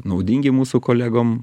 naudingi mūsų kolegom